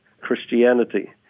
Christianity